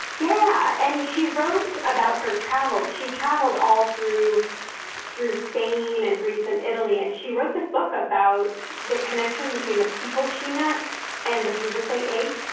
yeah and she wrote about her travels. she traveled all through through spain, and greece and italy. and she wrote this book about the connection between the people she met and the food that they ate.